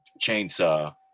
chainsaw